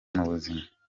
mubuzima